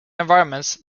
environments